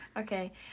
Okay